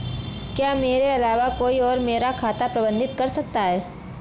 क्या मेरे अलावा कोई और मेरा खाता प्रबंधित कर सकता है?